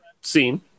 scene